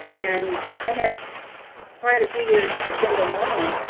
and i had quite a few years as a single mom.